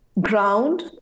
ground